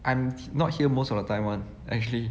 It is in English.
I'm not here most of the time [one] actually